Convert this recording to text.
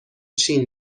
چین